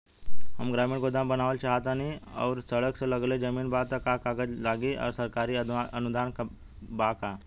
हम ग्रामीण गोदाम बनावल चाहतानी और सड़क से लगले जमीन बा त का कागज लागी आ सरकारी अनुदान बा का?